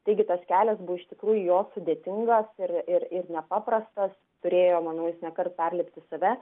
taigi tas kelias buvo iš tikrųjų jo sudėtingas ir ir nepaprastas turėjo manau jis nekart perlipti save